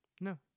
No